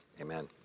Amen